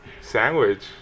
sandwich